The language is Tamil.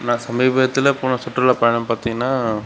நான் சமீபத்தில் போன சுற்றுலா பயணம் பார்த்தீங்கனா